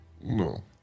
No